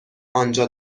انجا